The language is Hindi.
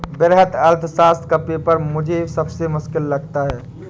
वृहत अर्थशास्त्र का पेपर मुझे सबसे मुश्किल लगता है